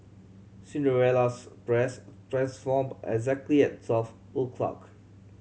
Cinderella's dress transform exactly at twelve o'clock